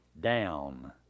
down